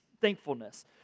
thankfulness